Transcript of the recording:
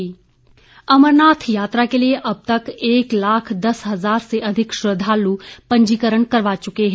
अमरनाथ यात्रा अमरनाथ यात्रा के लिए अब तक एक लाख दस हजार से अधिक श्रद्धालु पंजीकरण करवा चुके हैं